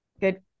Good